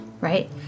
right